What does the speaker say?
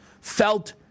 felt